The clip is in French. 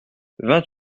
vingt